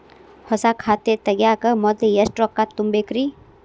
ಹೊಸಾ ಖಾತೆ ತಗ್ಯಾಕ ಮೊದ್ಲ ಎಷ್ಟ ರೊಕ್ಕಾ ತುಂಬೇಕ್ರಿ?